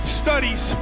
studies